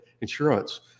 insurance